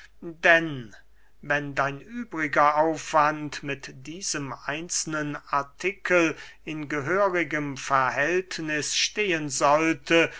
denn wenn dein übriger aufwand mit diesem einzelnen artikel in gehörigem verhältniß stehen sollte